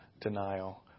denial